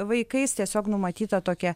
vaikais tiesiog numatyta tokia